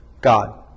God